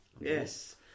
Yes